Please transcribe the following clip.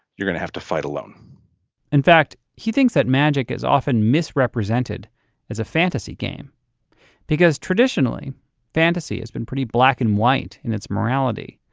you're going to have to fight alone in fact, he thinks that magic is often misrepresented as a fantasy game because traditionally fantasy has been pretty black and white in its morality.